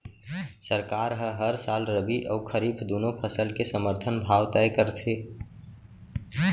सरकार ह हर साल रबि अउ खरीफ दूनो फसल के समरथन भाव तय करथे